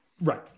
right